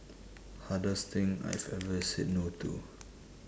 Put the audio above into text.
hardest thing I've ever said no to